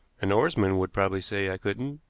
an oarsman would probably say i couldn't,